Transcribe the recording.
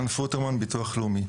מביטוח לאומי.